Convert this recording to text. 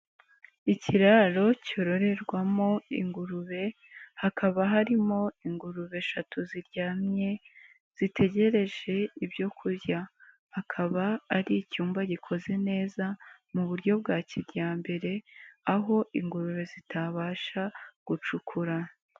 lkiraro cyororerwamo ingurube hakaba harimo ingurube eshatu ziryamye zitegereje ibyo kurya. Akaba ari icyumba gikoze neza mu buryo bwa kijyambere, aho ingurube zitabasha gucukura.